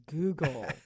Google